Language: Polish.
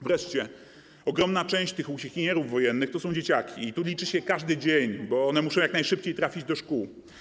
Wreszcie ogromna część tych uciekinierów wojennych to są dzieciaki - i tu liczy się każdy dzień, bo one muszą jak najszybciej trafić do szkół.